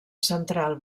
central